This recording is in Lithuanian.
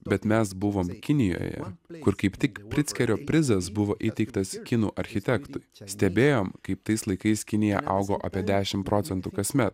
bet mes buvom kinijoje kur kaip tik prickerio prizas buvo įteiktas kinų architektui stebėjom kaip tais laikais kinija augo apie dešim procentų kasmet